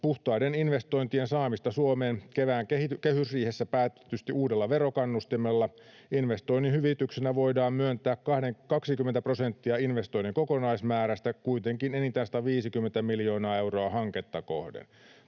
puhtaiden investointien saamista Suomeen kevään kehysriihessä päätetysti uudella verokannustimella. Investoinnin hyvityksenä voidaan myöntää 20 prosenttia investoinnin kokonaismäärästä, kuitenkin enintään 150 miljoonaa euroa hanketta kohden.